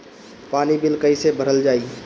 पानी बिल कइसे भरल जाई?